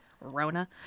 Rona